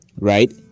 right